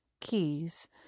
keys